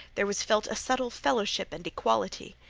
there was felt a subtle fellowship and equality.